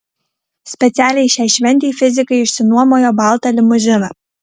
specialiai šiai šventei fizikai išsinuomojo baltą limuziną